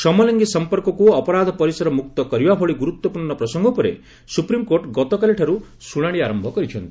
ସମଲିଙ୍ଗୀ ସମ୍ପର୍କକୁ ଅପରାଧ ପରିସରମୁକ୍ତ କରିବା ଭଳି ଗୁରୁତ୍ୱପୂର୍୍ଣ ପ୍ରସଙ୍ଗ ଉପରେ ସୁପ୍ରିମ୍କୋର୍ଟ ଗତକାଲିଠାରୁ ଶୁଣାଣି ଆରମ୍ଭ କରିଛନ୍ତି